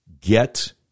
get